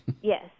Yes